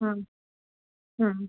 হুম হুম